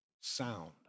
sound